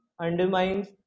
undermines